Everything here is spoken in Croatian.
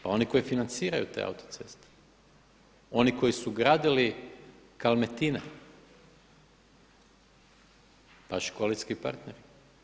Pa oni koji financiraju te autoceste, oni koji su gradili „kalmetine“, vaš koalicijski partner.